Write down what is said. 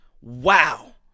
wow